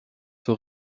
zur